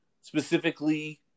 specifically